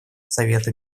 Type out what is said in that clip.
совета